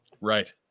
Right